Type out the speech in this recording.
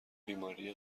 بیماری